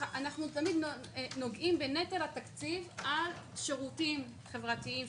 אנחנו נוגעים בנטל התקציב על שירותים חברתיים,